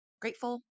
grateful